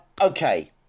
Okay